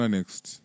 Next